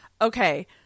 okay